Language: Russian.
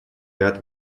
ряд